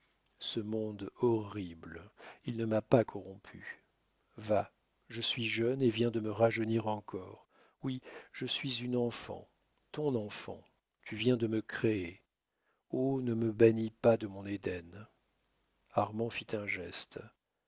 ce monde horrible il ne m'a pas corrompue va je suis jeune et viens de me rajeunir encore oui je suis une enfant ton enfant tu viens de me créer oh ne me bannis pas de mon éden armand fit un geste